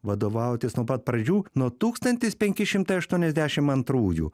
vadovautis nuo pat pradžių nuo tūkstantis penki šimtai aštuoniasdešimt antrųjų